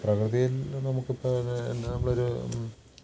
പ്രകൃതിയിൽ നിന്ന് നമുക്കിപ്പം നമ്മളൊരു